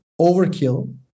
overkill